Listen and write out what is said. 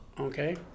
Okay